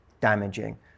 damaging